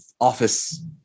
office